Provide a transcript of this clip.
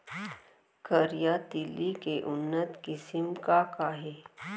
करिया तिलि के उन्नत किसिम का का हे?